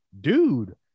dude